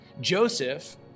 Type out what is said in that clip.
joseph